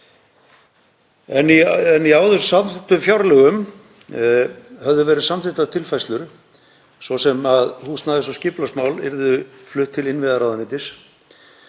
Í áður samþykktum fjárlögum höfðu verið samþykktar tilfærslur, svo sem að húsnæðis- og skipulagsmál yrðu flutt til innviðaráðuneytis